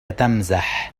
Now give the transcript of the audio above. تمزح